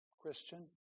Christian